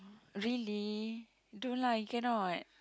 really don't lah you cannot